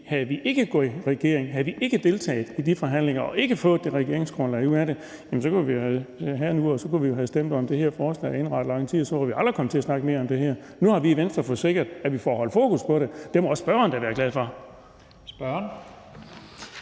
var vi ikke gået i regering, havde vi ikke deltaget i de forhandlinger og ikke fået det regeringsgrundlag ud af det, kunne vi jo have stemt om det her forslag inden ret lang tid, og så var vi aldrig kommet til at snakke mere om det her. Nu har vi i Venstre fået sikret, at vi får holdt fokus på det. Det må spørgeren da være glad for.